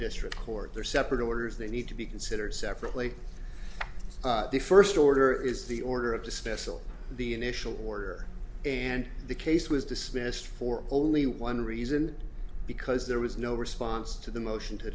district court there are separate orders they need to be considered separately the first order is the order of the special the initial order and the case was dismissed for only one reason because there was no response to the motion to